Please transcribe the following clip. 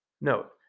Note